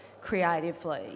creatively